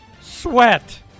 sweat